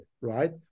right